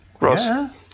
Ross